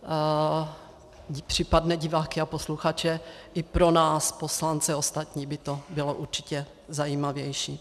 Pro případné diváky a posluchače i pro nás poslance ostatní by to bylo určitě zajímavější.